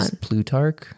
Plutarch